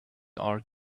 are